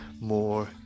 more